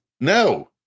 No